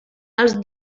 els